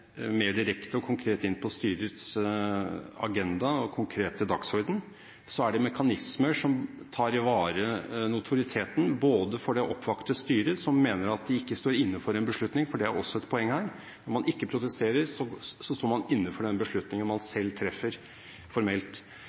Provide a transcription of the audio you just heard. mer direkte og konkret inn på styrets agenda og konkrete dagsorden, er det mekanismer som tar i vare notoriteten for det oppvakte styret, som mener at de ikke står inne for en beslutning – det er også et poeng her. Når man ikke protesterer, står man formelt inne for den beslutningen man selv treffer.